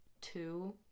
two